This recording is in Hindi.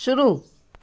शुरू